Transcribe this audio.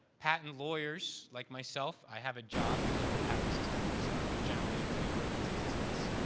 patent lawyers like myself. i have a job because of the patent system. so, i'm generally in favor of its existence.